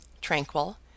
tranquil